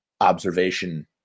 observation